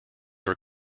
are